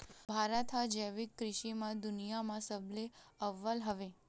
भारत हा जैविक कृषि मा दुनिया मा सबले अव्वल हवे